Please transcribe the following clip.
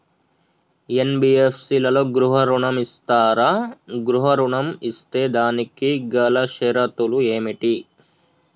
NBFC లలో గృహ ఋణం ఇస్తరా? గృహ ఋణం ఇస్తే దానికి గల షరతులు ఏమిటి?